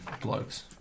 blokes